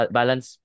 balance